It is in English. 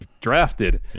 drafted